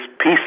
peace